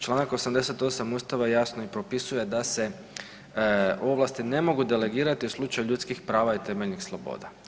Čl. 88. ustava jasno i propisuje da se ovlasti ne mogu delegirati u slučaju ljudskih prava i temeljnih sloboda.